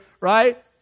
right